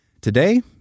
Today